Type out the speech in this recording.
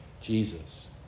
Jesus